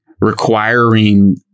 requiring